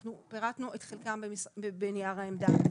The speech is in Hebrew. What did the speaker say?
אנחנו פירטנו את חלקם בנייר העמדה,